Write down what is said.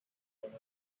gonna